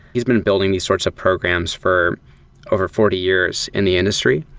he's been building these sorts of programs for over forty years in the industry.